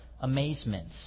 amazement